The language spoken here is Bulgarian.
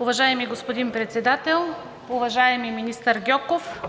Уважаеми господин Председател, уважаеми министър Гьоков,